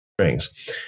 strings